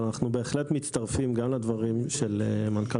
אבל אנחנו בהחלט מצטרפים גם לדבריו של מנכ"ל